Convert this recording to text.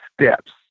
steps